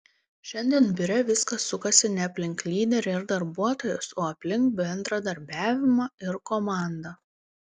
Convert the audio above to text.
šiandien biure viskas sukasi ne aplink lyderį ir darbuotojus o aplink bendradarbiavimą ir komandą